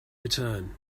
return